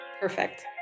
Perfect